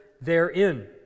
therein